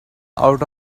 out